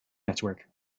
network